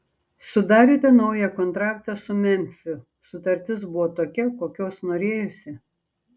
sudarėte naują kontraktą su memfiu sutartis buvo tokia kokios norėjosi